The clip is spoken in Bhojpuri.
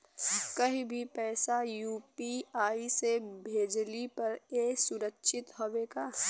कहि भी पैसा यू.पी.आई से भेजली पर ए सुरक्षित हवे का?